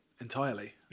Entirely